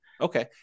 Okay